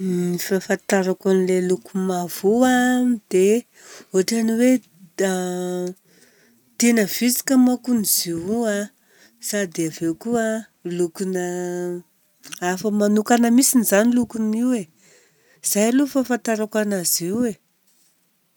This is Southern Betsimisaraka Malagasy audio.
Ny fahafantarako an'ilay loko mavo io a, dia ohatra hoe tiana vitsika manko hono izy io a, sady avy eo koa lokona hafa manokana mintsiny izany lokon'io e. Izay aloha ny fahafantarako anazy io e!